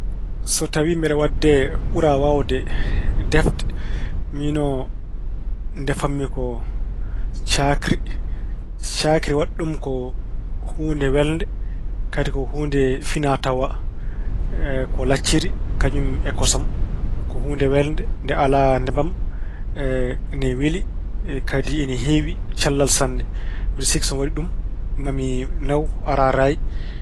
So tawi mbeɗe waɗde ɓuraa waawde defte, miinoo ndefan-mi ko caakri. Caakri, waɗi ɗum ko huunde welde. Kadi ko huunde finaa-tawaa. Ko lacciri kañum e kosam. Ko huunde welde nde alaa nebam. Ina weli kadi ina heewi cellal sanne. Mbeɗa sikki so mi waɗii ɗum, maa mi naaw araraay.